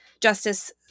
Justice